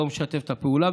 לא משתף פעולה,